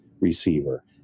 receiver